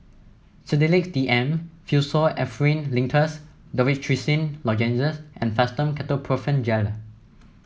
Sedilix D M Pseudoephrine Linctus Dorithricin Lozenges and Fastum Ketoprofen Gel